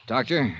Doctor